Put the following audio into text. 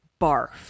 barf